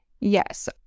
Yes